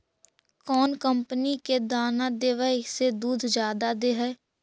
कौन कंपनी के दाना देबए से दुध जादा दे है?